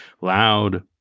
loud